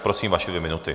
Prosím, vaše dvě minuty.